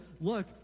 Look